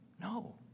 No